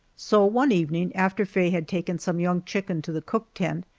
so one evening, after faye had taken some young chicken to the cook tent,